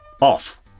off